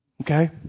Okay